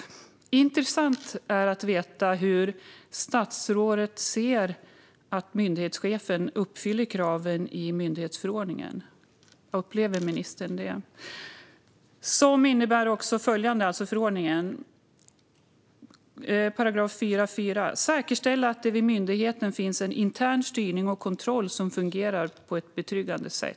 Det är intressant att veta hur statsrådet ser att myndighetschefen uppfyller kraven i myndighetsförordningen. Upplever ministern att myndighetschefen gör det? I 4 § 4 står att myndighetens ledning ska säkerställa att det vid myndigheten finns en intern styrning och kontroll som fungerar på ett betryggande sätt.